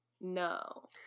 No